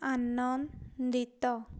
ଆନନ୍ଦିତ